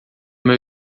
meu